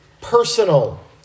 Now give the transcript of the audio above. personal